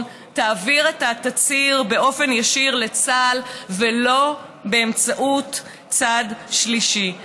תעביר את התצהיר באופן ישיר לצה"ל ולא באמצעות צד שלישי.